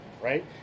right